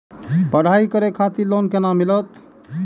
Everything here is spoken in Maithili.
पढ़ाई करे खातिर लोन केना मिलत?